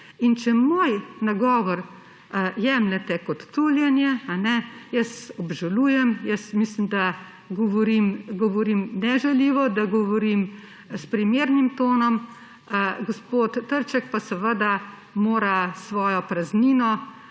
Če moj nagovor jemljete kot tuljenje, jaz obžalujem. Mislim, da govorim nežaljivo, da govorim s primernim tonom, gospod Trček pa seveda mora svojo praznino